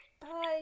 bye